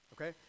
Okay